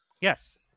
Yes